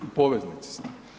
U poveznici ste.